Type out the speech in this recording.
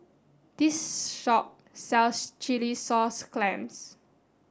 this shop sells chilli sauce clams